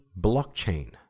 blockchain